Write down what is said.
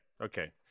okay